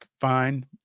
fine